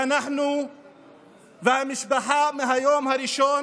ואנחנו והמשפחה אמרנו מהיום הראשון